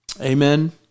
amen